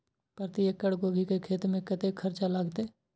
प्रति एकड़ गोभी के खेत में कतेक खर्चा लगते?